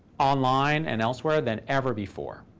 online and elsewhere, than ever before.